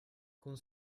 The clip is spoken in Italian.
con